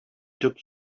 took